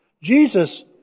Jesus